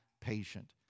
patient